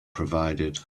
provided